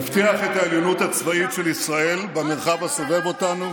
נבטיח את העליונות הצבאית של ישראל במרחב הסובב אותנו,